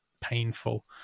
painful